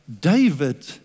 David